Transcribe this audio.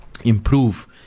improve